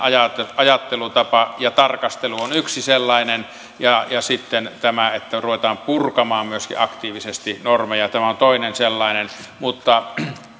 ajattelutapa ja tarkastelu on yksi sellainen ja sitten tämä että ruvetaan purkamaan myöskin aktiivisesti normeja on toinen sellainen mutta